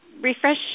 refresh